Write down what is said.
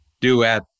duet